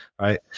right